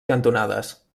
cantonades